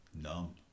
numb